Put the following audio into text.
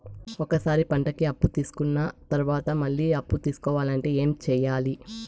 ఒక సారి పంటకి అప్పు తీసుకున్న తర్వాత మళ్ళీ అప్పు తీసుకోవాలంటే ఏమి చేయాలి?